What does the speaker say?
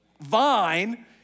vine